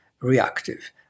reactive